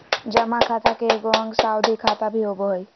जमा खाता के एगो अंग सावधि खाता भी होबो हइ